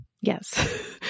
Yes